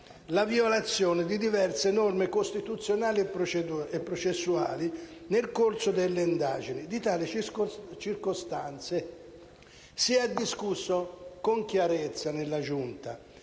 la violazione di diverse norme costituzionali e processuali nel corso delle indagini. Di tali circostanze si è discusso con chiarezza in Giunta.